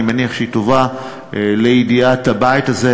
אני מניח שהיא תובא לידיעת הבית הזה,